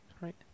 right